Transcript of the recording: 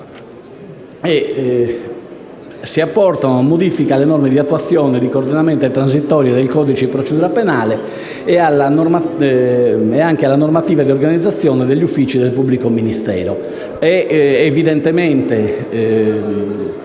si apportano modifiche alle norme di attuazione, di coordinamento e transitorie del codice di procedura penale e alla normativa e all'organizzazione degli uffici del pubblico ministero.